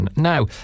Now